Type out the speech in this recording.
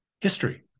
history